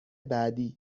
بعدی